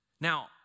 Now